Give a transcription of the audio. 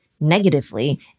negatively